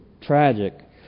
tragic